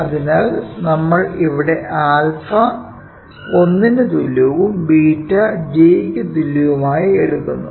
അതിനാൽ നമ്മൾ ഇവിടെ ആൽഫ 𝛂 1 ന് തുല്യവും ബീറ്റാ 𝜷 j ക്ക് തുല്യവുമായി എടുക്കുന്നു